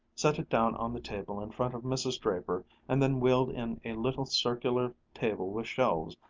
set it down on the table in front of mrs. draper, and then wheeled in a little circular table with shelves,